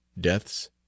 deaths